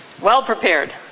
Well-prepared